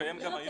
מתקיים גם היום.